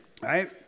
right